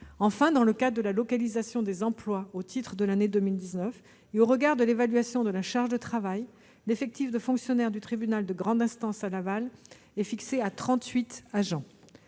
Enfin, dans le cadre de la localisation des emplois au titre de l'année 2019 et au regard de l'évaluation de la charge de travail, l'effectif de fonctionnaires du tribunal de grande instance de Laval est fixé à 38 agents.